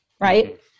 right